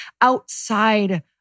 outside